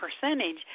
percentage